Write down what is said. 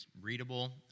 readable